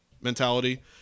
mentality